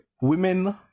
women